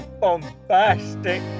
bombastic